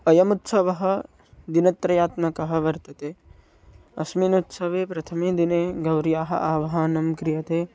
अयमुत्सवः दिनत्रयात्मकः वर्तते अस्मिन् उत्सवे प्रथमे दिने गौर्याः आवाहनं क्रियते